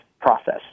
process